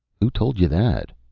who told you that?